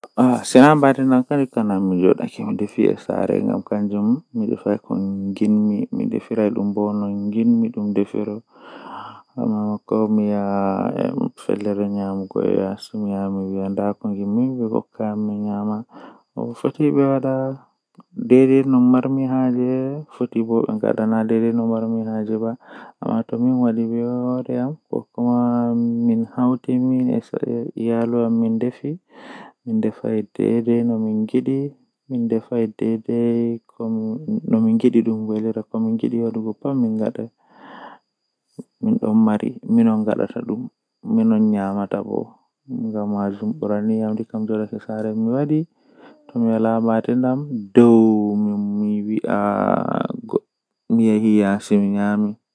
Woodi babal habbego be fistaago mi heban ko fistata dum nden mi fista ko jogi dum mi hoosa jei mi yidi canjaago man mi wada nden mi habbita dum.